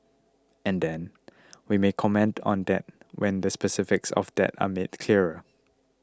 and then we may comment on that when the specifics of that are made clearer